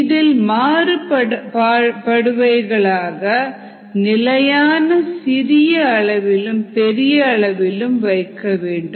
இதில் மாறுபடுபவைகளை நிலையாக சிறிய அளவிலும் பெரிய அளவிலும் வைக்க வேண்டும்